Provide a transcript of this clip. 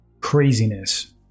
Craziness